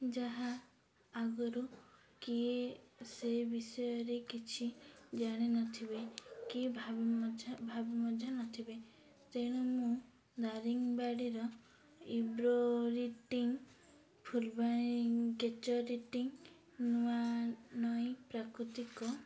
ଯାହା ଆଗରୁ କିଏ ସେ ବିଷୟରେ କିଛି ଜାଣିନଥିବେ କି ଭାବୁ ମଧ୍ୟ ଭାବୁ ମଧ୍ୟ ନଥିବେ ତେଣୁ ମୁଁ ଦାରିଙ୍ଗବାଡ଼ିର ଇବ୍ରୋରିଟିଙ୍ଗ ଫୁଲବାଣୀ କେଚରିଟିଙ୍ଗ ନୂଆ ନଈ ପ୍ରାକୃତିକ